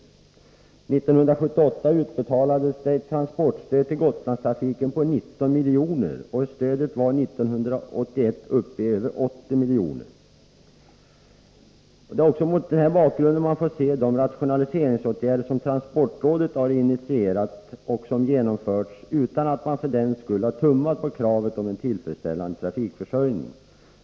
1978 utbetalades ett transportstöd till Gotlandstrafiken på 19 milj.kr. Det stödet var 1981 uppe i över 80 milj.kr. Det är också mot den bakgrunden man får se de rationaliseringsåtgärder som transportrådet har initierat och som genomförts utan att man för den skull har tummat på kravet på en tillfredsställande trafikförsörjning.